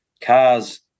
Cars